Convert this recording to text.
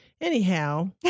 Anyhow